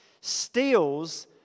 steals